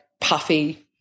puffy